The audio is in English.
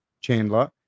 Chandler